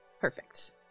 Perfect